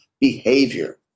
behavior